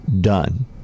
done